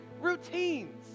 routines